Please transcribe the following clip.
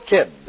Kid